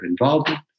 involvement